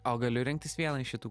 o galiu rinktis vieną iš šitų